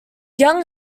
young